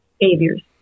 behaviors